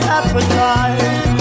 appetite